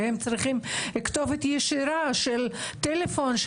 והם צריכים כתובת ישירה של טלפון,